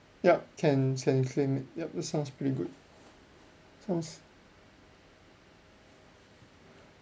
yup can can claim it yup that sounds pretty good sounds